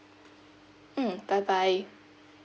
mm bye bye